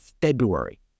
February